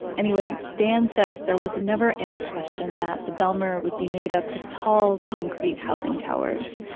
anyway, daan says there was never any question that the bijlmer would be made up of tall, concrete housing towers.